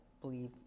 believe